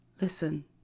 Listen